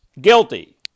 guilty